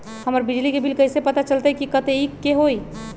हमर बिजली के बिल कैसे पता चलतै की कतेइक के होई?